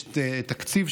יש תקציב,